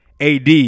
AD